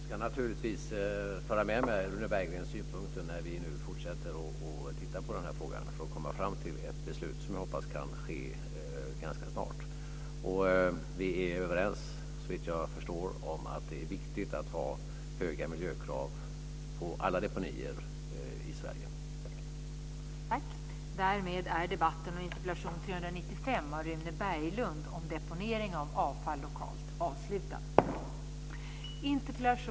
Fru talman! Jag ska naturligtvis ta med mig Rune Berglunds synpunkter när vi fortsätter att titta på frågan för att komma fram till ett beslut som jag hoppas kan ske ganska snart. Vi är överens, såvitt jag förstår, om att det är viktigt att ha höga miljökrav på alla deponier i Sverige.